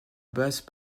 base